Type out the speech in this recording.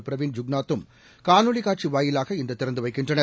பிரவீன் ஜெகந்நாத் தும் காணொலி காட்சி வாயிலாக இன்று திறந்து வைக்கின்றனர்